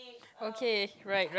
okay right